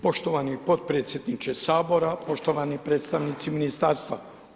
Poštovani potpredsjedniče Sabora, poštovani predstavnici ministarstva.